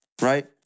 Right